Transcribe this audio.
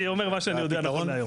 אני אומר את מה שאני יודע נכון להיום.